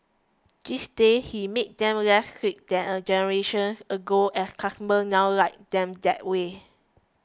these days he makes them less sweet than a generation ago as customers now like them that way